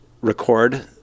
record